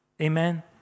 Amen